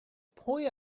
pwy